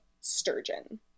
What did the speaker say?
sturgeon